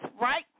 right